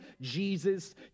Jesus